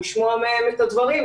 לשמוע מהם את הדברים,